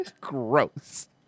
Gross